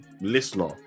listener